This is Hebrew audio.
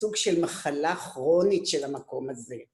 סוג של מחלה כרונית של המקום הזה.